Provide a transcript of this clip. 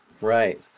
Right